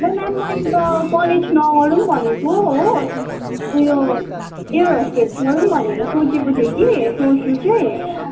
होइन मेम मैले त कलेज नगरौ भनेको हो उयो एयर होस्टेस पढौँ भनेर सोचेको थिएँ कि सोच्नु चाहिँ